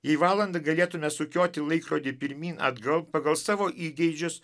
jei valandą galėtume sukioti laikrodį pirmyn atgal pagal savo įgeidžius